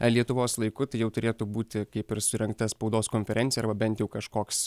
lietuvos laiku tai jau turėtų būti kaip ir surengta spaudos konferencija arba bent jau kažkoks